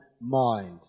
mind